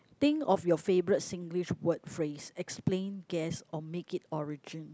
think of your favourite Singlish word phrase explain guess or make it origin